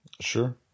Sure